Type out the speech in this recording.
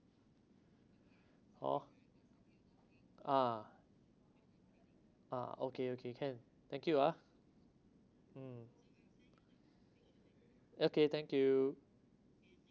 hor ah ah okay okay can thank you ah mm okay thank you